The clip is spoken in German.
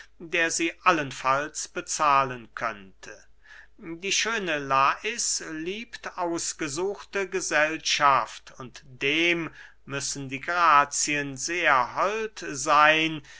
der sie allenfalls bezahlen könnte die schöne lais liebt ausgesuchte gesellschaft und dem müssen die grazien sehr hold seyn